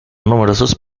numerosos